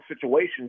situations